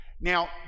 now